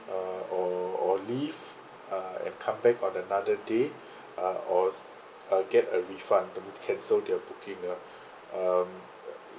uh or or leave uh and come back on another day uh or uh get a refund that means cancel the booking ah um